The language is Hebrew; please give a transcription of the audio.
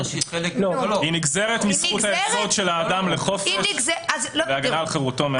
היא נגזרת מזכות היסוד של האדם לחופש ולהגנה על חירותו.